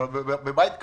אבל בבית כזה,